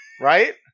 right